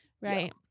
right